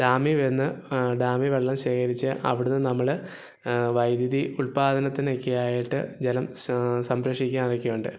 ഡാമിൽ വന്ന് ഡാമിൽ വെള്ളം ശേഖരിച്ച് അവിടെ നിന്ന് നമ്മള് വൈദ്യുതി ഉൽപ്പാദനത്തിനൊക്കെ ആയിട്ട് ജലം സ സംരക്ഷിക്കാറൊക്കെയുണ്ട്